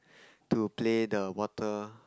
to play the water